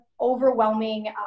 overwhelming